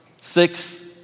six